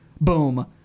boom